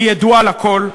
היא ידועה לכול: